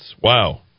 Wow